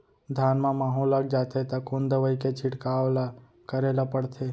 धान म माहो लग जाथे त कोन दवई के छिड़काव ल करे ल पड़थे?